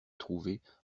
trouver